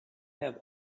have